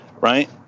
right